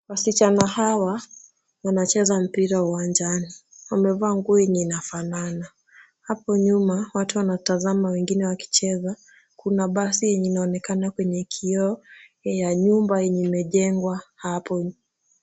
Wasichana hawa, wanacheza mpira wa uwanjani. Wamevaa nguo yenye inafanana. Hapo nyuma kuna watu wanatazama wengine wakicheza. Kuna basi yenye inaonekana kwenye kioo ya nyumba yenye imejengwa hapo.